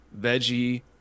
veggie